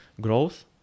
growth